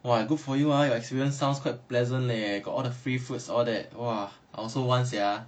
!wah! good for you ah your experience sounds quite pleasant leh got all the free fruits all that !wah! I also want sia